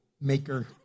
maker